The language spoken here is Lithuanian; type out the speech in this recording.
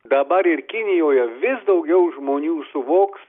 dabar ir kinijoje vis daugiau žmonių suvoks